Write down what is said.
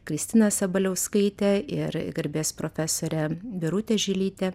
kristiną sabaliauskaitę ir garbės profesorę birutę žilytę